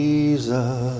Jesus